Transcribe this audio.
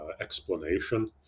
explanation